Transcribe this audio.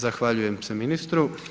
Zahvaljujem se ministru.